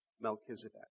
Melchizedek